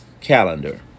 calendar